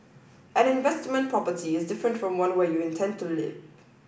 an investment property is different from one where you intend to live